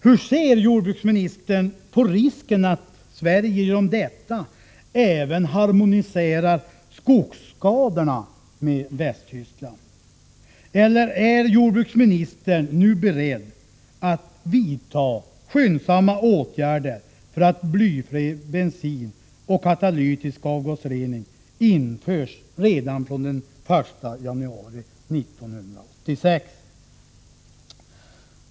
Hur ser jordbruksministern på risken att Sverige genom detta, även ”harmoniserar” skogsskadorna med Västtyskland? Är jordbruksministern nu beredd att vidta skyndsamma åtgärder för att blyfri bensin och katalytisk avgasrening införs redan från den 1 januari 1986?